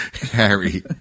Harry